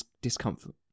discomfort